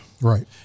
right